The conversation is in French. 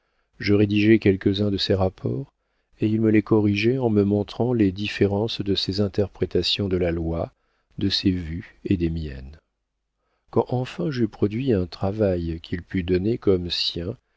je rédigeai quelques-uns de ses rapports et il me les corrigeait en me montrant les différences de ses interprétations de la loi de ses vues et des miennes quand enfin j'eus produit un travail qu'il pût donner comme sien